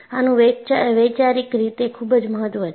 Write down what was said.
આનું વૈચારિક રીતે ખૂબ જ મહત્વ છે